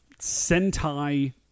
sentai